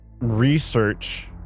research